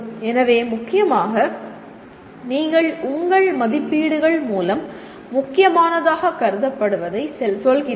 எனவே முக்கியமாக நீங்கள் உங்கள் மதிப்பீடுகள் மூலம் முக்கியமானதாகக் கருதப்படுவதை சொல்கிறீர்கள்